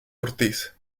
ortiz